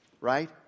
right